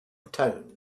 town